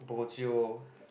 bo jio